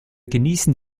genießen